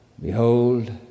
Behold